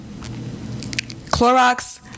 Clorox